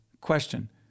question